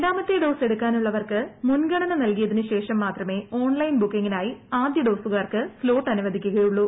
രണ്ടാമത്തെ ഡോസ് ക്കാനുള്ളവർക്ക് മുൻഗണന നൽകിയതിന് ശേഷം മാത്രമേ ഓൺലൈൻ ബുക്കിംഗിനായി ആദ്യ ഡോസുകാർക്ക് സ്തോട്ട് അനുവദിക്കുകയുള്ളൂ